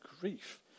grief